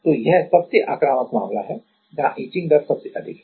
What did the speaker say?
तो यह सबसे आक्रामक मामला है जहां इचिंग दर सबसे अधिक है